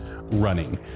running